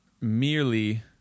merely